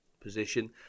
position